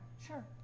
Sure